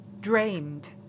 drained